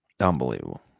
Unbelievable